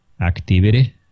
activity